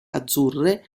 azzurre